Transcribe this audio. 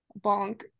bonk